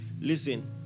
Listen